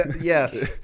yes